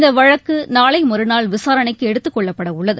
இந்த வழக்கு நாளை மறுநாள் விசாரணைக்கு எடுத்தக்கொள்ளப்பட உள்ளது